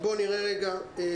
טועה.